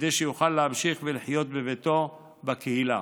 כדי שיוכל להמשיך לחיות בביתו בקהילה.